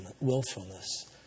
willfulness